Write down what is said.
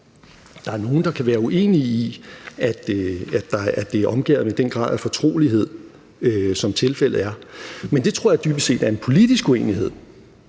Der er nogle, der kan være uenige i, at det er omgærdet med den grad af fortrolighed, som tilfældet er, men det tror jeg dybest set er en politisk uenighed,